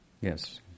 Yes